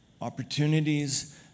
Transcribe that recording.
opportunities